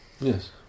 Yes